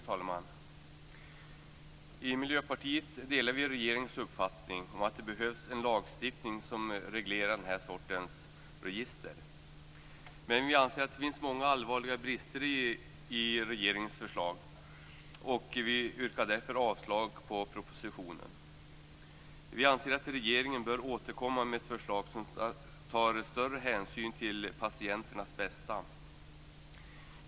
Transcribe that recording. Fru talman! I Miljöpartiet delar vi regeringens uppfattning att det behövs lagstiftning som reglerar den här sortens register. Men vi anser att det finns många allvarliga brister i regeringens förslag, och vi yrkar därför avslag på propositionen. Vi anser att regeringen bör återkomma med ett förslag som tar större hänsyn till patienternas bästa.